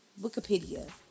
wikipedia